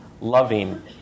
loving